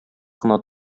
кына